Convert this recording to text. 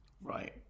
Right